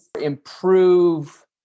improve